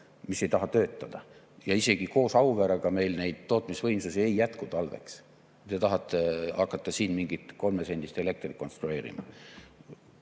mis ei taha töötada. Ja isegi koos Auverega meil neid tootmisvõimsusi ei jätku talveks. Te tahate hakata siin mingit 3-sendist elektrit konstrueerima!